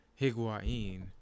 Higuain